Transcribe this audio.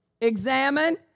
Examine